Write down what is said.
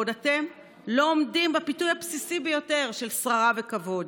בעוד שאתם לא עומדים בפיתוי הבסיסי ביותר של שררה וכבוד,